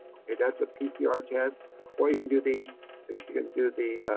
that's the pcr test or you can do the like you can do the.